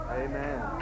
Amen